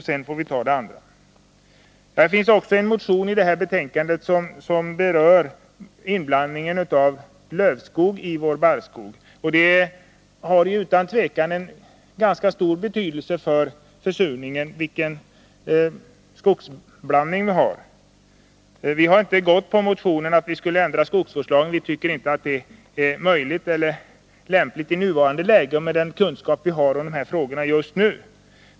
Sedan får vi gå vidare med andra åtgärder. I detta betänkande behandlas också en motion som berör inblandningen av lövskog i vår barrskog. Skogsblandningen har utan tvivel en ganska stor betydelse för försurningen. Vi har inte följt motionens förslag om en ändring av skogsvårdslagen. Vi tycker inte att det är lämpligt i nuvarande läge och med hänsyn till de kunskaper som vi just nu har om dessa frågor.